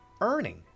earning